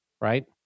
right